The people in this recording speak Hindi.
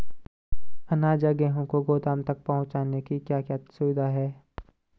अनाज या गेहूँ को गोदाम तक पहुंचाने की क्या क्या सुविधा है?